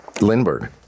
Lindbergh